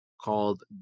called